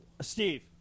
Steve